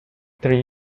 three